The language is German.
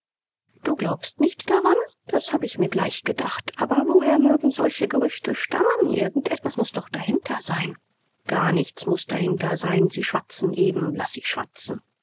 du glaubst nicht daran das hab ich mir gleich gedacht aber woher mögen solche gerüchte stammen irgend etwas muß doch dahinter sein gar nichts muß dahinter sein sie schwatzen eben laß sie schwatzen